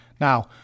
Now